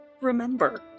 remember